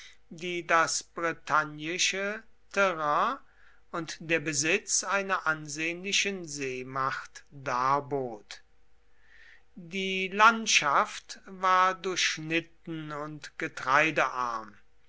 die das bretagnische terrain und der besitz einer ansehnlichen seemacht darbot die landschaft war durchschnitten und